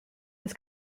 was